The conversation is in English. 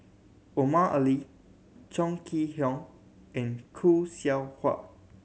Omar Ali Chong Kee Hiong and Khoo Seow Hwa